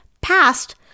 past